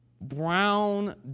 brown